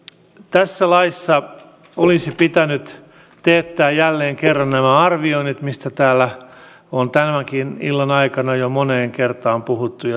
tässä laissa olisi pitänyt teettää jälleen kerran nämä arvioinnit mistä täällä on tämänkin illan aikana jo moneen kertaan puhuttu ja sanottu